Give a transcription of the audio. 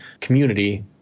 community